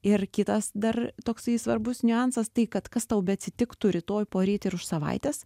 ir kitas dar toksai svarbus niuansas tai kad kas tau beatsitiktų rytoj poryt ar už savaitės